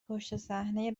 پشتصحنهی